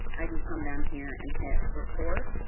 i can come down here and hit record,